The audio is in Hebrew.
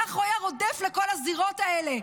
כך הוא היה רודף בכל הזירות האלה,